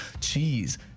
cheese